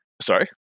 sorry